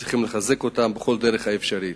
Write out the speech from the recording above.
צריכים לחזק אותו בכל דרך אפשרית.